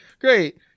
great